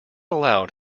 allowed